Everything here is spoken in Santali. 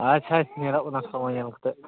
ᱟᱪᱪᱷᱟ ᱧᱮᱞᱚᱜ ᱠᱟᱱᱟ ᱥᱚᱢᱚᱭ ᱧᱮᱞ ᱠᱟᱛᱮᱫ